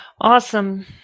Awesome